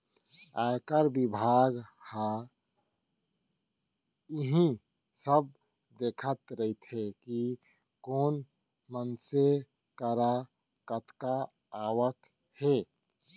आयकर बिभाग ह इही सब देखत रइथे कि कोन मनसे करा कतका आवक हे